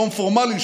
שלום פורמלי,